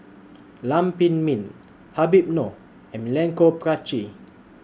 Lam Pin Min Habib Noh and Milenko Prvacki